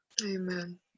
Amen